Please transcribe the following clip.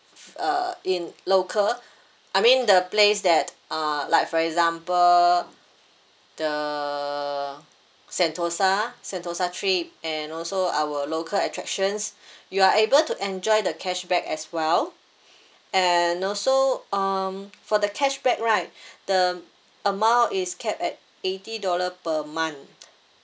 uh in local I mean the place that uh like for example the sentosa sentosa trip and also our local attractions you are able to enjoy the cashback as well and also um for the cashback right the amount is capped at eighty dollar per month